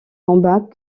combats